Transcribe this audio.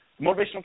Motivational